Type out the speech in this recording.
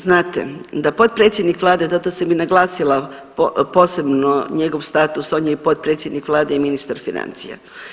Znate da potpredsjednik vlade, zato sam i naglasila posebno njegov status, on je i potpredsjednik vlade i ministar financija.